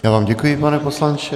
Já vám děkuji, pane poslanče.